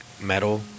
metal